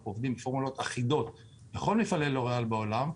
אנחנו עובדים עם פורמולות אחידות בכל מפעלי לוריאל בעולם.